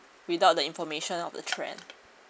without the information of the trend